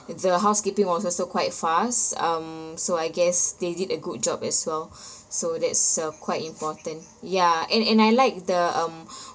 the housekeeping was also quite fast um so I guess they did a good job as well so that's uh quite important ya and and I like the um